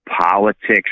politics